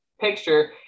picture